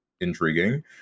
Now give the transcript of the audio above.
intriguing